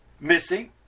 missing